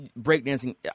breakdancing